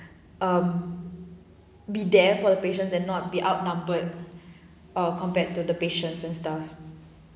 uh be there for the patients and not be outnumbered err compared to the patients and stuff